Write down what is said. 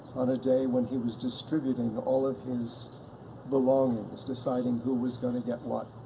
on a day when he was distributing all of his belongings deciding who was going to get what.